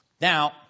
Now